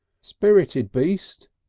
spirited beast,